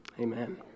Amen